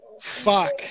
Fuck